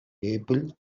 able